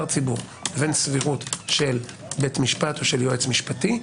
ציבור לסבירות של בית משפט או של יועץ משפטי,